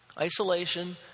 Isolation